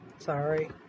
Sorry